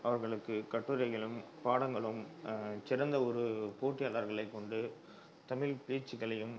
அவர்களுக்கு கட்டுரைகளும் பாடங்களும் சிறந்த ஒரு போட்டியாளர்களை கொண்டு தமிழ் பேச்சுக்களையும்